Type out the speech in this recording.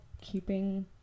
keeping